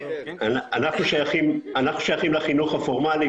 אנחנו שייכים לחינוך הפורמלי,